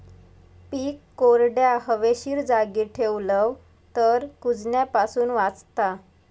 पीक कोरड्या, हवेशीर जागी ठेवलव तर कुजण्यापासून वाचता